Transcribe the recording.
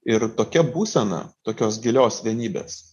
ir tokia būsena tokios gilios vienybės